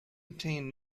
obtain